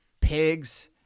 pigs